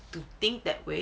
to think that way